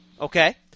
Okay